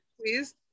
Please